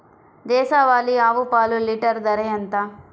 దేశవాలీ ఆవు పాలు లీటరు ధర ఎంత?